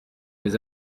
mes